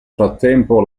frattempo